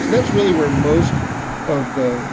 so that's really where most of the